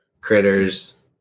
critters